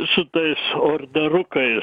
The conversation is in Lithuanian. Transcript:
su tais ordarukais